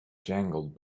jangled